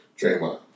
Draymond